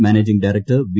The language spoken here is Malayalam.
managing director V